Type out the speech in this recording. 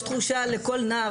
יש תחושה לכל נער,